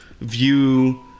view